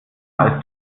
als